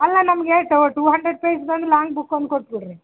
ಅಲ್ಲ ನಮಗೆ ಟ ಟೂ ಹಂಡ್ರೆಡ್ ಪೇಜ್ದು ಒಂದು ಲಾಂಗ್ ಬುಕ್ ಒಂದು ಕೊಟ್ಬಿಡ್ರಿ